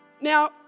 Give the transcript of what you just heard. Now